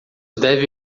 deve